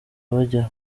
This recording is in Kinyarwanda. bajya